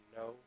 no